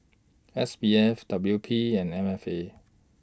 S P F W P and M F A